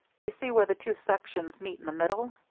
you see where the two sections meet in the middle,